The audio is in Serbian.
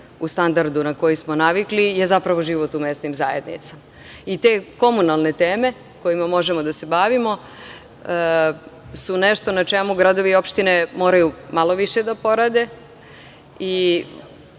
u standardu na koji smo navikli je zapravo život u mesnim zajednicama i te komunalne teme kojima možemo da se bavimo su nešto na čemu gradovi i opštine moraju malo više da porade. Ja